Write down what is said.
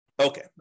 Okay